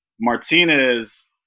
Martinez